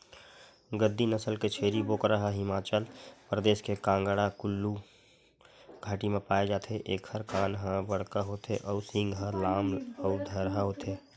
गद्दी नसल के छेरी बोकरा ह हिमाचल परदेस के कांगडा कुल्लू घाटी म पाए जाथे एखर कान ह बड़का होथे अउ सींग ह लाम अउ धरहा होथे